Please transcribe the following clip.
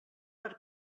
per